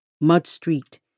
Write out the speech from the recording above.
mud-streaked